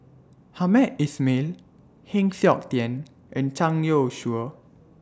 Hamed Ismail Heng Siok Tian and Zhang Youshuo